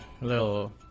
little